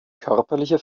körperliche